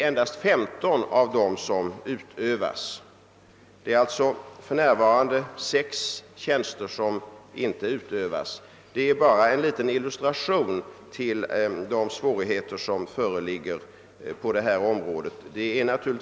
Endast 15 av dessa är tillsatta, alltså är det för närvarande sex tjänster som inte utövas. Detta är bara en liten illustration till de svårigheter som föreligger på detta område.